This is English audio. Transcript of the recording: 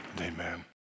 Amen